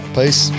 peace